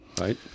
right